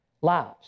lives